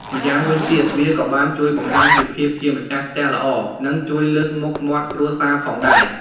ម្យ៉ាងវិញទៀតវាក៏បានជួយបង្ហាញពីភាពជាម្ចាស់ផ្ទះល្អ និងជួយលើកមុខមាត់គ្រួសារផងដែរ។